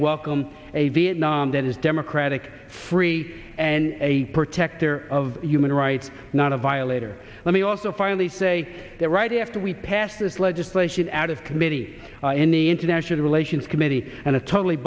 welcome a vietnam that is democratic free and a protector of human rights not a violator let me also finally say that right after we pass this legislation out of committee in the international relations committee and a totally